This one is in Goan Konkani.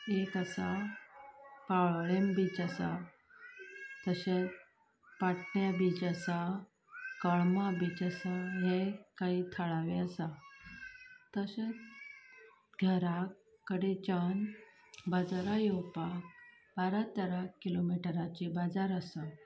एक आसा पाळोळेम बीच आसा तशेंच पाट्टें बीच आसा कळमा बीच आसा हे कांय थळावे आसा तशेंच घरा कडेच्यान बाजारांत येवपाक बारा तेरा किलोमिटराचें बाजार आसा